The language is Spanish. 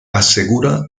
asegura